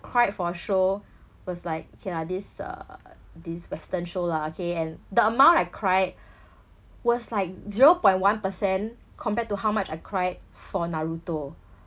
cried for a show was like okay lah this uh this western show lah okay and the amount I cried was like zero point one percent compared to how much I cried for naruto